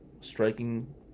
striking